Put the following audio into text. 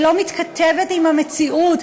שלא מתכתבת עם המציאות.